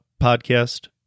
podcast